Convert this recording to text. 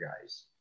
guys